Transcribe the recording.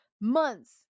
months